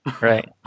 right